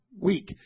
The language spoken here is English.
week